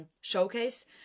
showcase